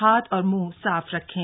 हाथ और मुंह साफ रखें